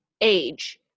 age